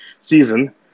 season